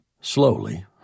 slowly